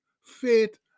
faith